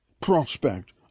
prospect